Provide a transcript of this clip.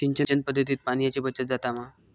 सिंचन पध्दतीत पाणयाची बचत जाता मा?